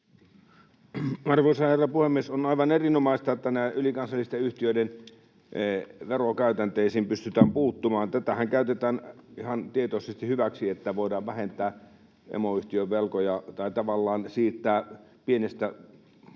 Arvoisa herra puhemies! On aivan erinomaista, että näihin ylikansallisten yhtiöiden verokäytänteisiin pystytään puuttumaan. Tätähän käytetään ihan tietoisesti hyväksi, että voidaan vähentää emoyhtiön velkoja tai tavallaan siirtää pienestä